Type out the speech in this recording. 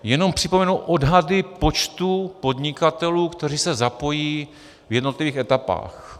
Jenom připomenu odhady počtu podnikatelů, kteří se zapojí v jednotlivých etapách.